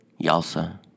YALSA